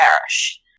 Parish